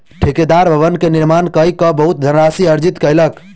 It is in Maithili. ठेकेदार भवन के निर्माण कय के बहुत धनराशि अर्जित कयलक